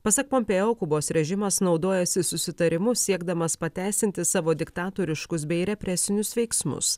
pasak pompėjo kubos režimas naudojasi susitarimu siekdamas pateisinti savo diktatoriškus bei represinius veiksmus